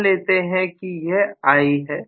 मान लेते हैं कि यह I है